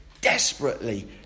desperately